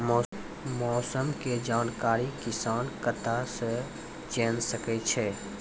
मौसम के जानकारी किसान कता सं जेन सके छै?